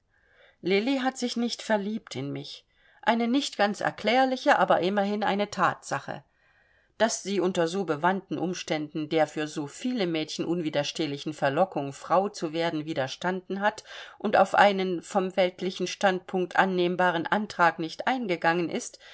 lilli hat sich nicht verliebt in mich eine nicht ganz erklärliche aber immerhin eine thatsache daß sie unter so bewandten umständen der für so viele mädchen unwiderstehlichen verlockung frau zu werden widerstanden hat und auf einen vom weltlichen standpunkt annehmbaren antrag nicht eingegangen ist